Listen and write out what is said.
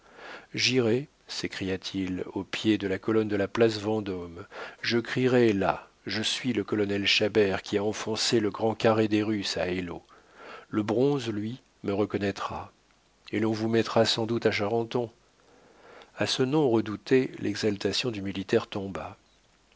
j'irai s'écria-t-il au pied de la colonne de la place vendôme je crierai là je suis le colonel chabert qui a enfoncé le grand carré des russes à eylau le bronze lui me reconnaîtra et l'on vous mettra sans doute à charenton a ce nom redouté l'exaltation du militaire tomba